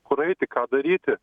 kur eiti ką daryti